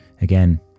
Again